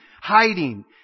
hiding